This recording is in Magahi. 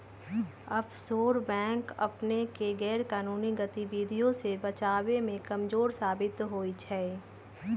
आफशोर बैंक अपनेके गैरकानूनी गतिविधियों से बचाबे में कमजोर साबित होइ छइ